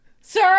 sir